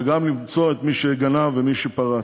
וגם שתוכל למצוא את מי שגנב או את מי שפרץ.